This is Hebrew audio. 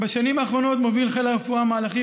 בשנים האחרונות מוביל חיל הרפואה מהלכים